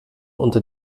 unter